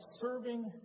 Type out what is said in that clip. serving